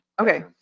Okay